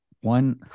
one